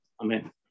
Amen